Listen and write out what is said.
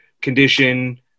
condition